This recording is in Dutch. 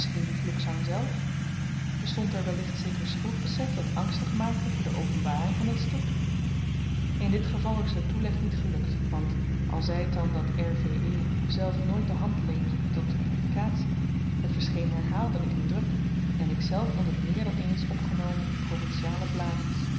misschien die vloekzang zelf bestond er wellicht zeker schuldbesef dat angstig maakte voor de openbaring van dat stuk in dit geval is de toeleg niet gelukt want al zy t dan dat r v e zelf nooit de hand leende tot de publikatie het verscheen herhaaldelyk in druk en ikzelf vond het meer dan eens opgenomen in provinciale blaadjes